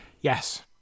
Yes